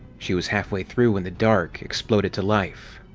she was halfway through when the dark exploded to life.